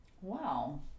Wow